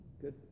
Good